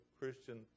Christian